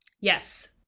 Yes